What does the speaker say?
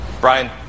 Brian